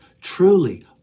Truly